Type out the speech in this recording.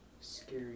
Scary